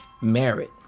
merit